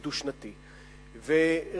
הממשלה, את כל ההערות.